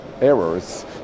errors